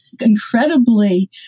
incredibly